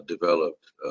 developed